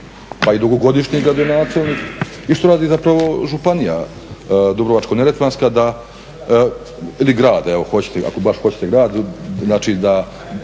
pa i dugogodišnji gradonačelnik i što radi zapravo Županija dubrovačko-neretvanska ili grad, ako baš hoćete grad, znači da